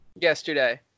yesterday